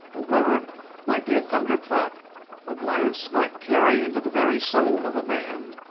a word might be a thunderclap a glance might carry into the very soul of a man.